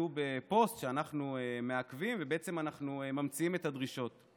יצאו בפוסט שאנחנו מעכבים ובעצם אנחנו ממציאים את הדרישות.